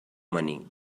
money